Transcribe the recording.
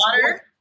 water